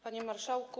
Panie Marszałku!